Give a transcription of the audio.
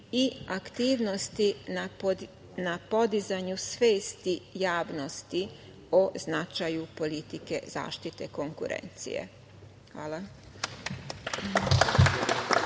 i aktivnosti na podizanju svesti javnosti o značaju politike zaštite konkurencije. Hvala.